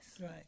Right